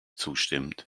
zustimmend